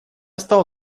стал